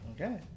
Okay